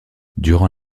durant